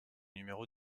numéro